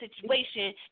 situation